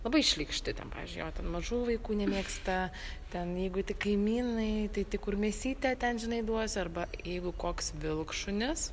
labai šlykšti ten pavyzdžiui jo ten mažų vaikų nemėgsta ten jeigu tik kaimynai tai tik kur mėsytė ten žinai duosiu arba jeigu koks vilkšunis